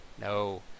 No